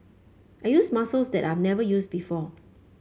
I used muscles that I've never used before